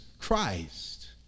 Christ